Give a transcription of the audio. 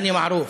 "מערוף"